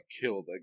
killed